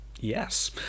Yes